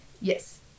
Yes